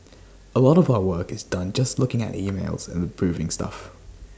A lot of our work is done just looking at emails and approving stuff